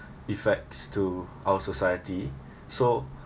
effects to our society so